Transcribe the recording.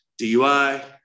DUI